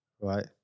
Right